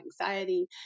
anxiety